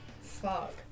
fuck